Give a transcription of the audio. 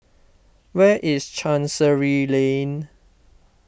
where is Chancery Lane